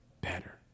better